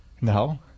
No